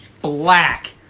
black